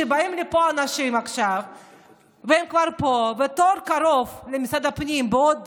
כשבאים לפה אנשים עכשיו והם כבר פה והתור הקרוב למשרד הפנים הוא בעוד